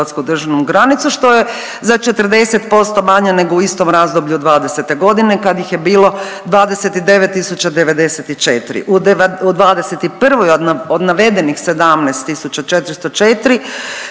državnu granicu što je za 40% manje nego u istom razdoblju od 2020. godine kad ih je bilo 29094. U 2021. od navedenih 17404